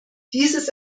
dieses